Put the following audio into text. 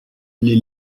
les